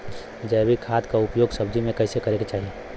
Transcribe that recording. जैविक खाद क उपयोग सब्जी में कैसे करे के चाही?